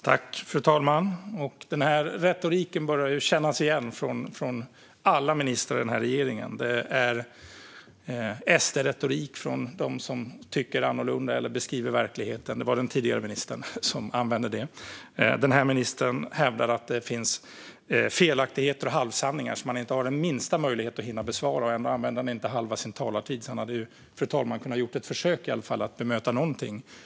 Fru talman! Retoriken börjar kännas igen från alla ministrar i den här regeringen. Det kallas för SD-retorik om man tycker annorlunda eller beskriver verkligheten. Det var den tidigare ministern som använde det uttrycket. Den här ministern hävdar att det finns felaktigheter och halvsanningar som han inte har den minsta möjlighet att hinna besvara, och ändå använder han inte ens halva sin talartid. Han hade ju i alla fall, fru talman, kunnat göra ett försök att bemöta någonting av det jag sa.